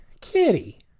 Kitty